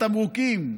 התמרוקים,